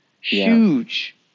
Huge